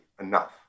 enough